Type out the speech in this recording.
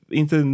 inte